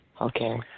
Okay